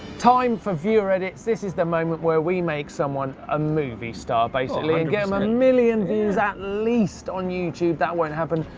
time for viewer edits. this is the moment where we make someone a movie star, basically, and get em a and and million views at least on youtube. that won't happen.